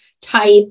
type